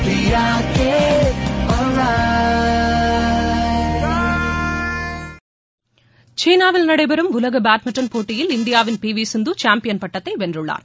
closing tune சீனாவில் நடைபெறும் உலக பேட்மிண்டன் போட்டியில் இந்தியாவின் பி வி சிந்து சாம்பியன் பட்டத்தை வென்றுள்ளார்